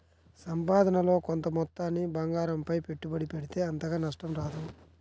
సంపాదనలో కొంత మొత్తాన్ని బంగారంపై పెట్టుబడి పెడితే అంతగా నష్టం రాదు